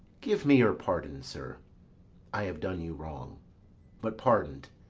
give me your pardon, sir i have done you wrong but pardon't,